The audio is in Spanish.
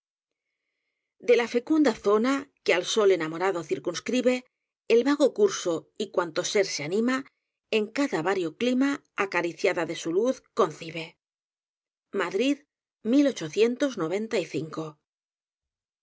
de la fecunda zona que al sol enamorado circunscribe el vago curso y cuanto ser se anima en cada vario clima acariciada de su luz concibe adrid cabóse